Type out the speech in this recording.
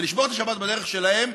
ולשמור את השבת בדרך שלהם,